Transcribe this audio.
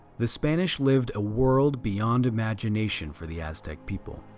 the spanish lived a world beyond imagination for the aztec people.